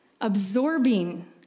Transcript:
absorbing